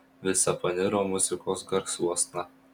visa paniro muzikos garsuosna